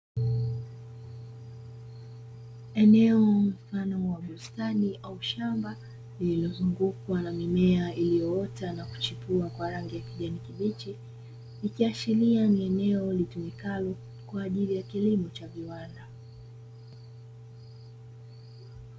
Eneo mfano wa bustani au shamba lililozungukwa na mimea iliyoota na kuchipua kwa rangi ya kijani kibichi ikiashiria ni eneo litumikalo kwaajili ya kilimo cha viwanda.